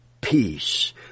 peace